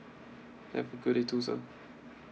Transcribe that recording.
have a good day too sir